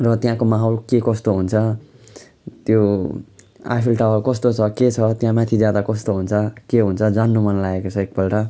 र त्यहाँको माहौल के कस्तो हुन्छ त्यो आइफेल टावर कस्तो छ के छ त्यहाँ माथि जाँदा कस्तो हुन्छ के हुन्छ जान्नु मन लागेको छ एक पल्ट